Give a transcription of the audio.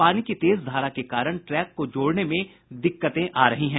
पानी की तेज धार के कारण ट्रैक को जोड़ने में दिक्कतें आ रही हैं